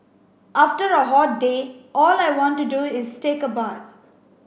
after a hot day all I want to do is take a bath